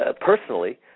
personally